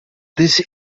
this